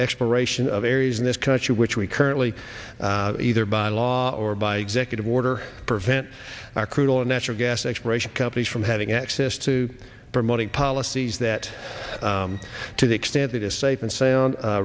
exploration of areas in this country which we currently either by law or by executive order prevent our crude oil and natural gas exploration companies from having access to promoting policies that to the extent that is safe and sound